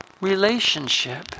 relationship